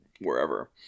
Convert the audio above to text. wherever